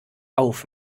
auf